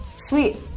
sweet